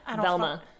Velma